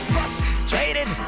Frustrated